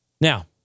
Now